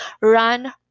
run